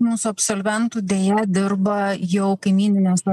mūsų absolventų deja dirba jau kaimyninėse